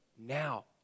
Now